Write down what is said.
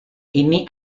ini